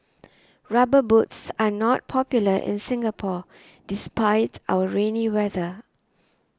rubber boots are not popular in Singapore despite our rainy weather